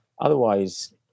Otherwise